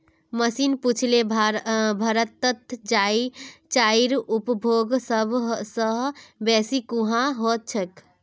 मनीष पुछले भारतत चाईर उपभोग सब स बेसी कुहां ह छेक